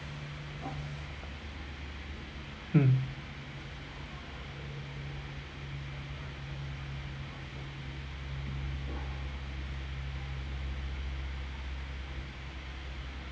mm